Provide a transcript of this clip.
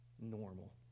Normal